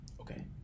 Okay